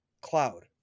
Cloud